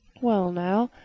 well now,